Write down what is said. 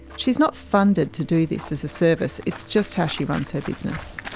she's not funded to do this as a service, it's just how she runs her business.